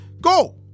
Go